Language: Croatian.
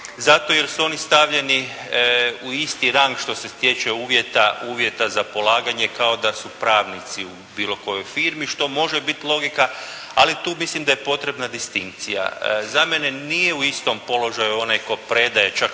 Zato jer su oni stavljeni u isti rang što se tiče uvjeta za polaganje, kao da su pravnici u bilo kojoj firmi što može biti logika, ali tu mislim da je potrebna distinkcija. Za mene nije u istom položaju onaj tko prede, čak po